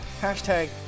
#Hashtag